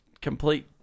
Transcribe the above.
complete